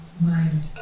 Mind